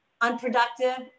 unproductive